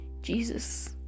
jesus